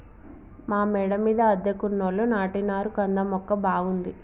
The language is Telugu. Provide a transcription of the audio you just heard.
మా మేడ మీద అద్దెకున్నోళ్లు నాటినారు కంద మొక్క బాగుంది